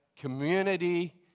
community